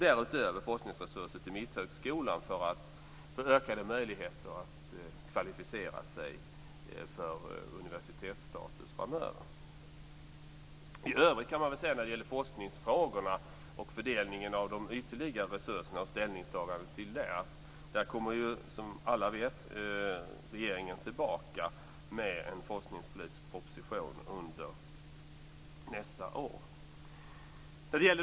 Därutöver ska forskningsresurser gå till Mitthögskolan för ökade möjligheter att kvalificera sig för universitetsstatus framöver. När det i övrigt gäller forskningsfrågorna, fördelningen av de ytterligare resurserna och ställningstagandena kring detta kommer regeringen som alla vet tillbaka med en forskningspolitisk proposition under nästa år.